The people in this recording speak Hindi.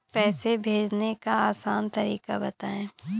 पैसे भेजने का आसान तरीका बताए?